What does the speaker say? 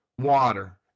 water